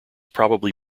probably